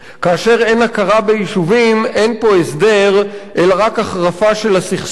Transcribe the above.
כאשר אין הכרה ביישובים אין פה הסדר אלא רק החרפה של הסכסוך,